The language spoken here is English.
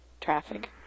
traffic